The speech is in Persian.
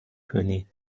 کنید